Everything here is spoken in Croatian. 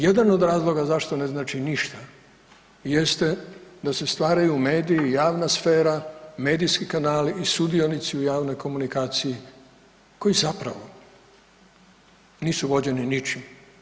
Jedan od razloga zašto ne znači ništa, jeste da se stvaraju mediji i javna sfera, medijski kanali i sudionici u javnoj komunikaciji koji zapravo nisu vođeni ničim.